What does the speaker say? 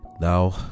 now